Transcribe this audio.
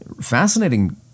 fascinating